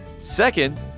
second